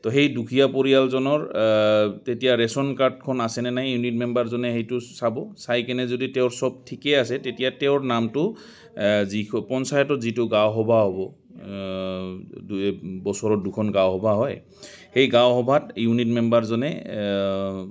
তো সেই দুখীয়া পৰিয়ালজনৰ তেতিয়া ৰেচন কাৰ্ডখন আছেনে নাই ইউনিট মেম্বাৰজনে সেইটো চাব চাইকেনে যদি তেওঁৰ চব ঠিকেই আছে তেতিয়া তেওঁৰ নামটো যি পঞ্চায়তত যিটো গাঁও সভা হ'ব দুবছৰত দুখন গাঁও সভা হয় সেই গাঁও সভাত ইউনিট মেম্বাৰজনে